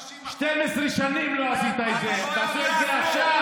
50% 12 שנים לא עשית את זה, תעשה את זה עכשיו?